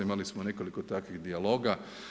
Imali smo nekoliko takvih dijaloga.